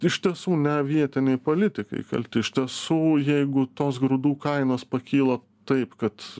iš tiesų ne vietiniai politikai kalti iš tiesų jeigu tos grūdų kainos pakilo taip kad